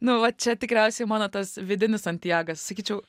nu va čia tikriausiai mano tas vidinis santjagas sakyčiau